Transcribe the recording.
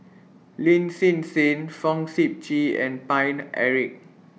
Lin Hsin Hsin Fong Sip Chee and Paine Eric